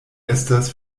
estas